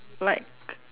like